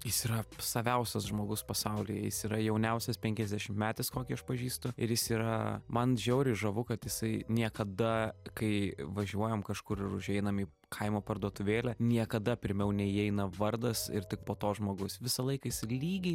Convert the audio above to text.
jis yra saviausias žmogus pasaulyje jis yra jauniausias penkiasdešimtmetis kokį aš pažįstu ir jis yra man žiauriai žavu kad jisai niekada kai važiuojam kažkur ar užeinam į kaimo parduotuvėlę niekada pirmiau neįeina vardas ir tik po to žmogus visą laiką jis lygiai